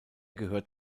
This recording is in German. gehört